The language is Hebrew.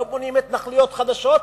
לא בונים התנחלויות חדשות,